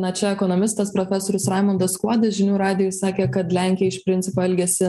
na čia ekonomistas profesorius raimundas kuodis žinių radijui sakė kad lenkija iš principo elgiasi